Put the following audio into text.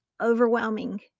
overwhelming